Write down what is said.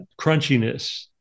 crunchiness